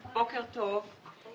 בוקר טוב.